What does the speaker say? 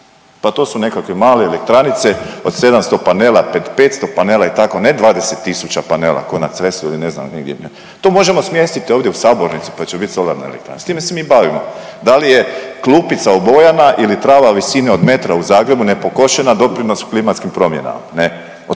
pa to su nekakve male elektranice od 700 panela, 500 panela i tako, a ne 20 tisuća panela ko na Cresu ili ne znam negdje, to možemo smjestiti ovdje u sabornici pa će bit solarna elektrana, s tome se mi bavimo, da li je klupica obojana ili trava visine od metra u Zagrebu nepokošena doprinos klimatskim promjenama ne,